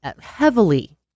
heavily